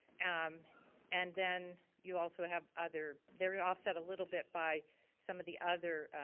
um and then you also have other, they were offset a little bit by some of the other